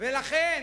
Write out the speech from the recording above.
לכן